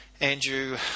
Andrew